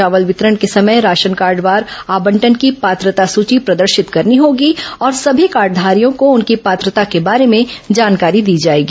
चावल वितरण के समय राशन कार्डवार आवंटन की पात्रता सूची प्रदर्शित करनी होगी और सभी कार्डघारियों को उनकी पात्रता के बारे में जानकारी दी जाएगी